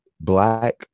black